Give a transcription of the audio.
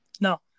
No